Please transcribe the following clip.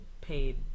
Paid